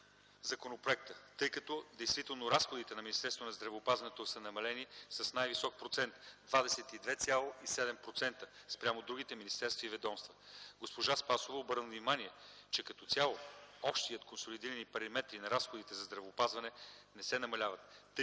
законопроекта, тъй като действително разходите на Министерството на здравеопазването са намалени с най-висок процент – 22,7% спрямо другите министерства и ведомства. Госпожа Спасова обърна внимание, че като цяло общите консолидирани параметри на разходите за здравеопазване не се намаляват,